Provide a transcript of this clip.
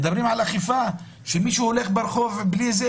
מדברים על אכיפה כשמישהו הולך ברחוב בלי מסכה,